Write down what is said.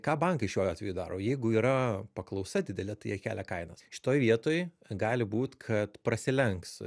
ką bankai šiuo atveju daro jeigu yra paklausa didelė jie kelia kainas šitoj vietoj gali būt kad prasilenks